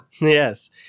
yes